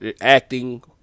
acting